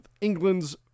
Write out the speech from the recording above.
England's